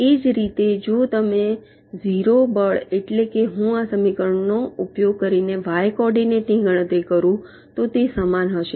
એ જ રીતે જો તમે 0 બળ એટલે કે હું આ સમીકરણનો ઉપયોગ કરીને y કોઓર્ડીનેટ ની ગણતરી કરું તો તે સમાન હશે